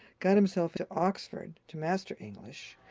got himself to oxford to master english,